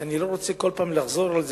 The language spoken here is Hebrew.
אני לא רוצה כל פעם לחזור על זה,